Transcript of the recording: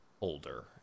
older